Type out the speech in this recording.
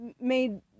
made